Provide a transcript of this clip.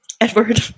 edward